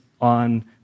on